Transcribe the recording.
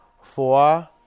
four